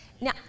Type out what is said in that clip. Now